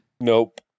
Nope